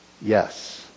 Yes